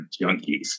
junkies